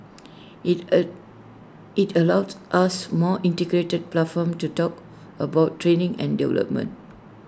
IT it allowed us more integrated platform to talk about training and development